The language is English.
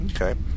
Okay